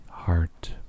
Heart